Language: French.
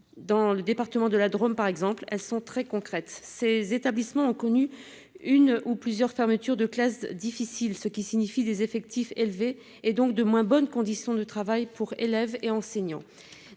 dans le département de la Drôme, par exemple, elles sont très concrètes, ces établissements ont connu une ou plusieurs fermetures de classes difficiles, ce qui signifie des effectifs élevés et donc de moins bonnes conditions de travail pour élèves et enseignants